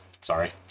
sorry